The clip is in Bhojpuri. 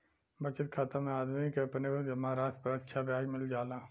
बचत खाता में आदमी के अपने जमा राशि पर अच्छा ब्याज मिल जाला